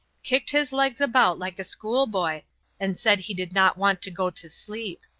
kicked his legs about like a schoolboy and said he did not want to go to sleep.